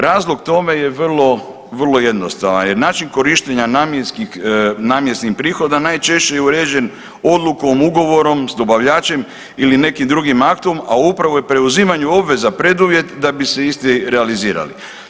Razlog tome je vrlo, vrlo jednostavan jer način korištenja namjenskih, namjenskih prihoda najčešće je uređen odlukom, ugovorom s dobavljačem ili nekim drugim aktom, a upravo je preuzimanje obveza preduvjet da bi se isti realizirali.